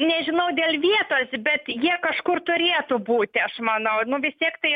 nežinau dėl vietos bet jie kažkur turėtų būti aš manau nu vis tiek tai